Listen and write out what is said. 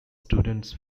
students